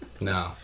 No